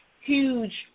huge